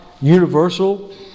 universal